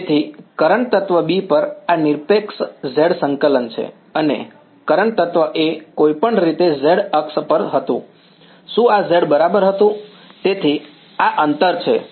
તેથી કરંટ તત્વ B પર આ નિરપેક્ષ z સંકલન છે અને કરંટ તત્વ A કોઈપણ રીતે z અક્ષ પર હતું શું આ z બરાબર હતું તેથી આ અંતર છે